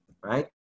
right